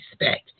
respect